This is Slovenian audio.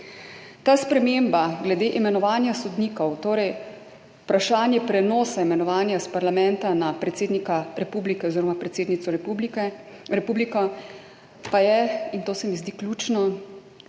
Ta sprememba glede imenovanja sodnikov, torej vprašanje prenosa imenovanja iz parlamenta na predsednika republike oziroma predsednico republike, pa je, in to se mi zdi ključno,